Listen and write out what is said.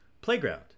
playground